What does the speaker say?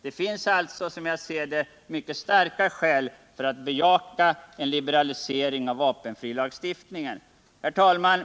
Det finns alltså, som jag ser det, mycket starka skäl att bejaka en liberalisering av vapenfrilagstiftningen. Herr talman!